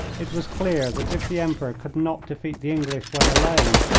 it was clear that if the emperor could not defeat the english when alone,